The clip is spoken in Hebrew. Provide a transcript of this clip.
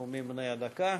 את הנאומים בני הדקה.